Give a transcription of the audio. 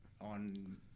on